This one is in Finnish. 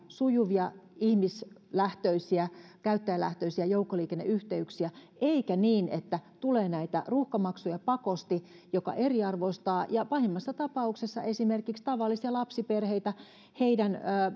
sujuvia ihmislähtöisiä käyttäjälähtöisiä joukkoliikenneyhteyksiä eikä niin että tulee näitä ruuhkamaksuja pakosti mikä eriarvoistaa ja pahimmassa tapauksessa rajoittaa esimerkiksi tavallisia lapsiperheitä heidän